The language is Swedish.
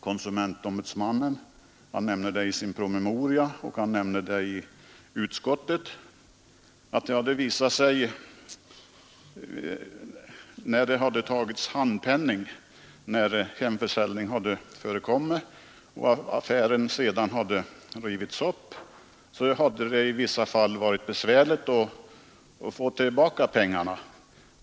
Konsumentombudsmannen nämnde i sin promemoria och framhöll även inför utskottet att det hade visat sig besvärligt när en affär hade rivits upp att få tillbaka en vid hemförsäljning erlagd handpenning.